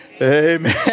Amen